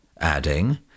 adding